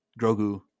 Grogu